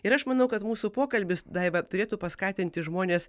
ir aš manau kad mūsų pokalbis daiva turėtų paskatinti žmones